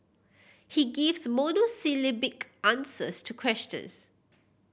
he gives monosyllabic answers to questions